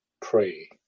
pray